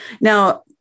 Now